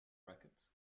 racket